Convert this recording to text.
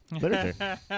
literature